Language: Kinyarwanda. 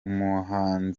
nta